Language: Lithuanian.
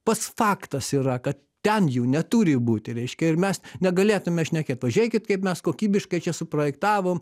pas faktas yra kad ten jų neturi būti reiškia ir mes negalėtume šnekėt pažiūrėkit kaip mes kokybiškai čia suprojektavom